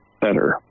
better